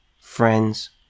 friends